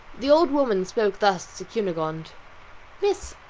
the old woman spoke thus to cunegonde miss,